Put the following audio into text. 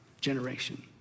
generation